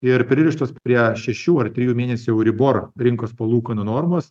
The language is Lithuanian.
ir pririštos prie šešių ar trijų mėnesių euribor rinkos palūkanų normos